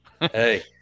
Hey